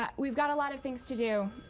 um we've got a lot of things to do.